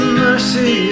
mercy